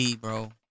bro